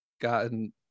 gotten